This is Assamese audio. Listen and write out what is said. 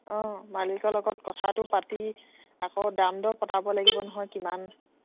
অঁ মালিকৰ লগত কথাটো পাতি আকৌ দাম দৰ পটাব লাগিব নহয় কিমান